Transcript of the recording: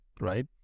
right